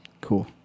Cool